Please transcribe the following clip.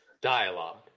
dialogue